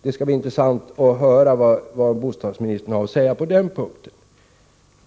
Det skall bli intressant att höra vad bostadsministern har att säga på den punkten.